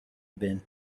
been